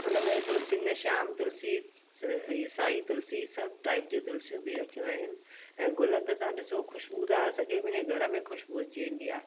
हुनमें तुलसियुनि में श्याम तुलसी इहो साईं तुलसी सभु टाइप जी तुलसियूं बि रखियूं आहिनि ऐं गुल त तव्हां ॾिसो ख़ुशबूदार सॼे मुंहिंजे घर में ख़ुशबू अची वेंदी आहे